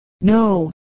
No